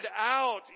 out